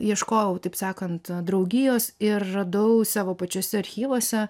ieškojau taip sakant draugijos ir radau savo pačiose archyvuose